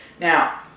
Now